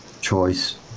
choice